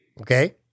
Okay